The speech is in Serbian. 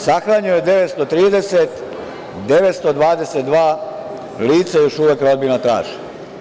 Sahranjeno je 930, 922 lica još uvek rodbina traži.